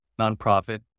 nonprofit